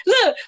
Look